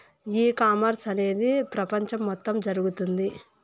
e commerce అనేది ప్రపంచం మొత్తం జరుగుతోంది